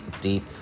deep